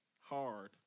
Hard